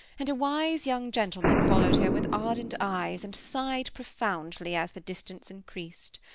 and a wise young gentleman followed her with ardent eyes and sighed profoundly as the distance increased.